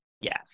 Yes